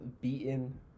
Beaten